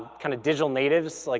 kind of digital natives. like